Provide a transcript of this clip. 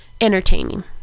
entertaining